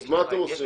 אז מה אתם עושים?